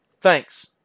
Thanks